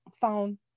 phone